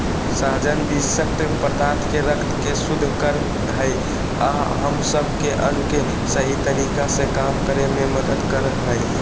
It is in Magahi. सहजन विशक्त पदार्थ के रक्त के शुद्ध कर हइ अ हम सब के अंग के सही तरीका से काम करे में मदद कर हइ